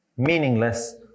meaningless